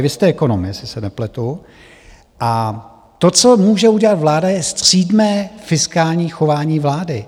Vy jste ekonom, jestli se nepletu, a to, co může udělat vláda, je střídmé fiskální chování vlády.